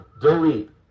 delete